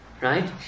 Right